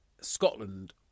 Scotland